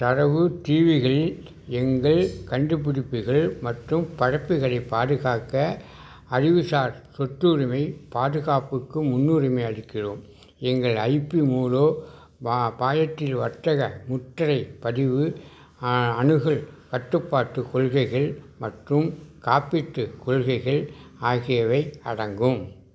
தரவுத் தீர்வுகளில் எங்கள் கண்டுபிடிப்புகள் மற்றும் படைப்புகளைப் பாதுகாக்க அறிவுசார் சொத்துரிமைப் பாதுகாப்புக்கு முன்னுரிமை அளிக்கிறோம் எங்கள் ஐபி மூலோம் பா பாயத்தில் வர்த்தக முத்திரை பதிவு அணுகல் கட்டுப்பாட்டு கொள்கைகள் மற்றும் காப்பீட்டுக் கொள்கைகள் ஆகியவை அடங்கும்